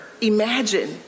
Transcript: imagine